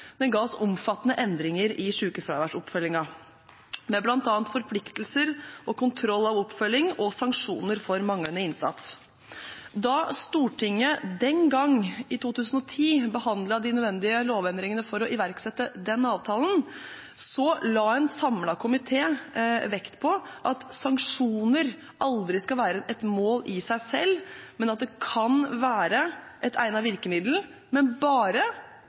den gang, i 2010, behandlet de nødvendige lovendringene for å iverksette den avtalen, la en samlet komité vekt på at sanksjoner aldri skal være et mål i seg selv, men at det kan være et egnet virkemiddel, men bare